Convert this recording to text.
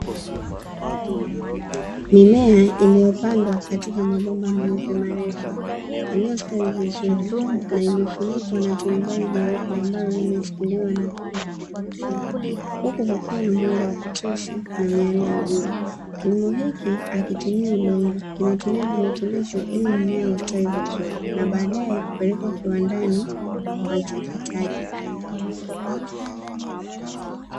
Mimea iliyopandwa katika mabomba meupe marefu iliyostawi vizuri na imefunikwa na turubai jeupe ambalo limeshikiliwa na vyuma vilivyopinda, huku kukiwa na mwanga wa kutosha na miale ya jua. Kilimo hiki hakitumii udongo, kinatumia virutubisho ili mmea usitawi vizuri na baadaye kupelekwa kiwandani kwa uchakataji.